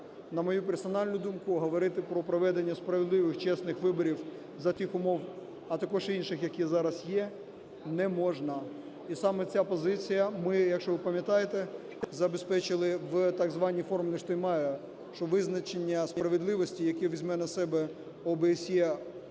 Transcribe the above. На мою персональну думку, говорити про проведення справедливих чесних виборів за тих умов, а також інших, які зараз є, не можна. І саме ця позиція, ми, якщо ви пам'ятаєте, забезпечили в так званій "формулі Штайнмайєра", що визначення справедливості, яке візьме на себе ОБСЄ